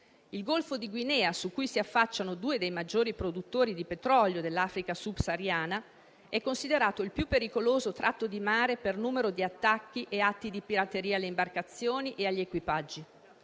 Il Golfo di Guinea, su cui si affacciano due dei maggiori produttori di petrolio dell'Africa subsahariana, è considerato il più pericoloso tratto di mare, per numero di attacchi e atti di pirateria alle imbarcazioni e agli equipaggi.